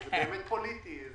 זה באמת פוליטי.